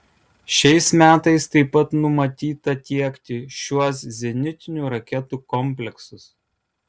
šiais metais taip pat numatyta tiekti šiuos zenitinių raketų kompleksus